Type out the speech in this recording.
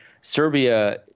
Serbia